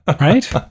Right